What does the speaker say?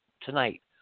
tonight